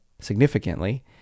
significantly